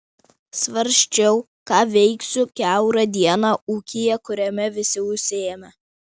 svarsčiau ką veiksiu kiaurą dieną ūkyje kuriame visi užsiėmę